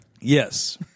Yes